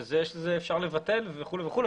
שזה אפשר לבטל וכולי וכולי,